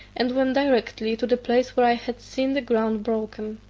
and went directly to the place where i had seen the ground broken.